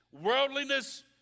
worldliness